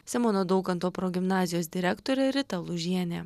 simono daukanto progimnazijos direktorė rita lūžienė